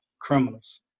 criminals